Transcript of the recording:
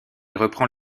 reprend